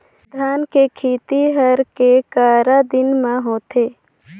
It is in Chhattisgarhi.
धान के खेती हर के करा दिन म होथे?